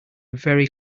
very